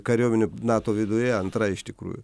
kariuomenių nato viduje antra iš tikrųjų